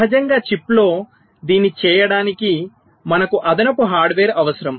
సహజంగా చిప్లో దీన్ని చేయడానికి మనకు అదనపు హార్డ్వేర్ అవసరం